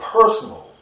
personal